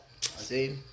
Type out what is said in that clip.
See